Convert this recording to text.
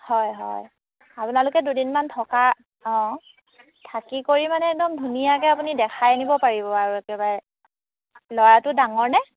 হয় হয় আপোনালোকে দুদিনমান থকা অঁ থাকি কৰি মানে একদম ধুনীয়াকৈ আপুনি দেখাই আনিব পাৰিব আৰু একেবাৰে ল'ৰাটো ডাঙৰ নে